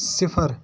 صِفَر